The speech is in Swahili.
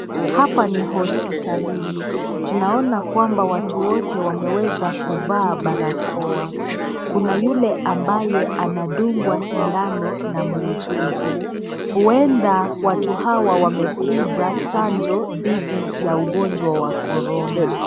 Hapa ni hospitalini, tunaona kwamba watu wote wameweza kuvaa barakoa. Kuna yule ambayo anadungwa sindano na muuguzi, uenda watu hawa wamekuja chanjo didhi ya ugonjwa wa korona.